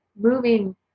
moving